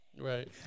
Right